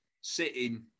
sitting